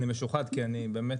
אני משוחד כי אני באמת,